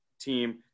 team